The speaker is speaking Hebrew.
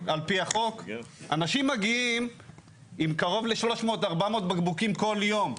אנשים מגיעים עם קרוב ל-300-400 בקבוקים כל יום.